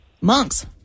Monks